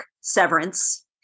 severance